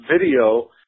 video